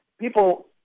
people